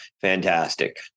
Fantastic